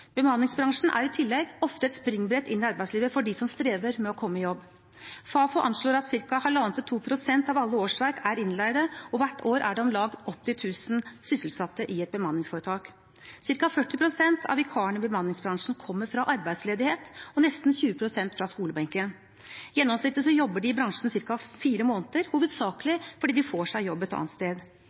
Bemanningsbransjen er i tillegg ofte et springbrett inn i arbeidslivet for dem som strever med å komme i jobb. Fafo anslår at ca. 1,5–2 pst. av alle årsverk er innleide, og hvert år er det om lag 80 000 sysselsatte i bemanningsforetak. Cirka 40 pst. av vikarene i bemanningsbransjen kommer fra arbeidsledighet og nesten 20 pst. fra skolebenken. I gjennomsnitt jobber de i bransjen ca. fire måneder, hovedsakelig fordi de får seg jobb et annet sted.